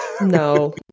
no